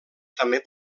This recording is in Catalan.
també